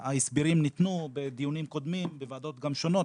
ההסברים ניתנו בדיונים קודמים ובוועדות שונות,